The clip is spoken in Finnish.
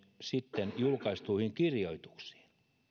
sitten julkaistuihin kirjoituksiin